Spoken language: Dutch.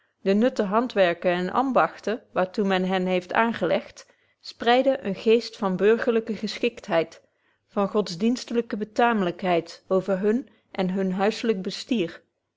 de nutte handwerken en ambachten waar toe men hen heeft aangelegt spreiden eenen geest van burgerlyke geschiktheid van godsdienstige betaamlykheid over hun en hun huizelyk bestier